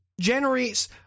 generates